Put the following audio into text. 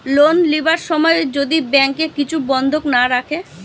loan লিবার সময় যদি ব্যাংকে কিছু বন্ধক না রাখে